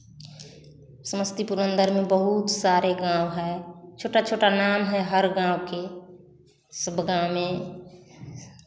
समस्ती पुरंदर में बहुत सारे गाँव हैं छोटा छोटा नाम हैं हर गाँव की सब गाँव में